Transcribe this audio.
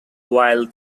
while